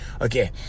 Okay